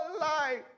life